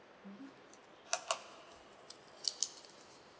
mmhmm